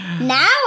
Now